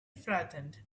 flattened